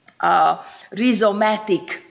rhizomatic